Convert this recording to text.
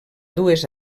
dues